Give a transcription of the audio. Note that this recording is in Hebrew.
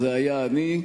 זה היה אני,